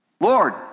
Lord